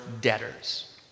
debtors